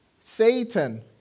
Satan